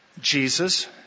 Jesus